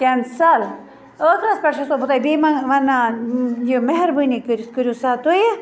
cancel ٲخرَس پیٚٹھ چھَسو بہٕ تۄہہِ بیٚیہِ وَنان یہِ مہربٲنی کٔرِتھ کٔرِو سا تُہۍ یہِ